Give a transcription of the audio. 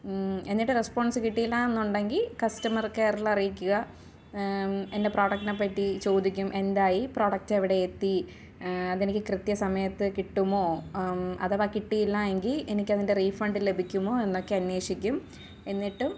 എന്നിട്ട് റെസ്പ്പോൺസ് കിട്ടില്ലയെന്നുണ്ടെങ്കിൽ കസ്റ്റമർ കെയറിലറിയിക്കുക എന്റെ പ്രോഡക്റ്റിനേപ്പറ്റി ചോദിക്കും എന്തായി പ്രൊഡക്റ്റെവിടെയെത്തി അതെനിക്ക് കൃത്യസമയത്തു കിട്ടുമോ അഥവാ കിട്ടിയില്ലയെങ്കിൽ എനിക്കതിന്റെ റീഫണ്ട് ലഭിക്കുമോ എന്നൊക്കെ അന്വേഷിക്കും എന്നിട്ടും